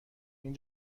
این